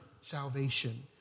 salvation